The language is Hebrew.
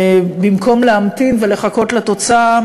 במקום להמתין ולחכות לתוצאה,